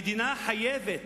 המדינה חייבת